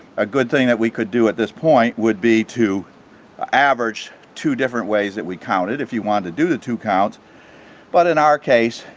a good thing that we could do at this point would be to average two different ways that we counted if you want to do the two counts but in our case,